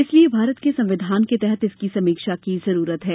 इसलिए भारत के संविधान के के तहत इसकी समीक्षा की जरूरत है